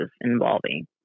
involving